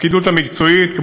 הפקידות המקצועית,